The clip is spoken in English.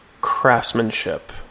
craftsmanship